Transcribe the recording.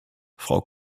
frau